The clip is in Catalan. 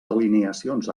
alineacions